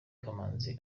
kamanzi